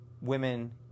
women